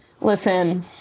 Listen